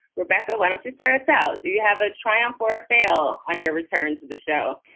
rebecca, why don't you start us out? do you have a triumph or fail on your return to the show?